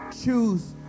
choose